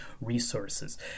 resources